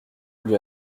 lui